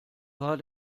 war